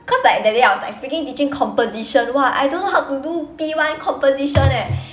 cause like that day I was like freaking teaching composition !wah! I don't know how to do P one composition eh